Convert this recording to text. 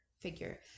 figure